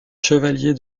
chevalier